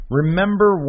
remember